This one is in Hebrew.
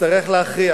נצטרך להכריע: